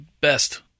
best